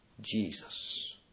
Jesus